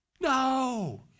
No